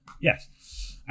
Yes